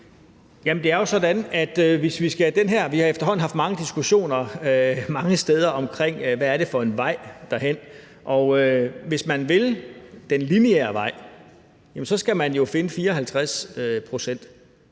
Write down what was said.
Vi har jo efterhånden haft mange diskussioner mange steder om, hvad det er for en vej derhen. Og hvis man vil den lineære vej, skal man jo finde 54 pct.,